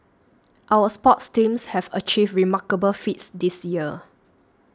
our sports teams have achieved remarkable feats this year